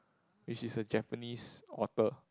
which is a Japanese author